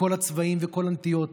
מכל הצבעים וכל הנטיות.